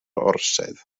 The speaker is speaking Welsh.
orsedd